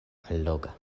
alloga